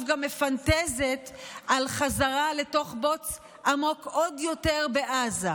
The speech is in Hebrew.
ועכשיו גם מפנטזת על חזרה לתוך בוץ עמוק עוד יותר בעזה.